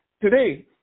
today